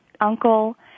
uncle